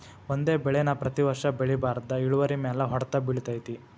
ಒಂದೇ ಬೆಳೆ ನಾ ಪ್ರತಿ ವರ್ಷ ಬೆಳಿಬಾರ್ದ ಇಳುವರಿಮ್ಯಾಲ ಹೊಡ್ತ ಬಿಳತೈತಿ